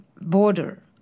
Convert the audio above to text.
border